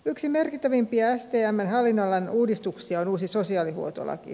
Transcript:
yksi merkittävimpiä stmn hallinnonalan uudistuksia on uusi sosiaalihuoltolaki